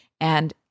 And-